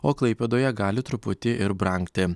o klaipėdoje gali truputį ir brangti